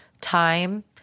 time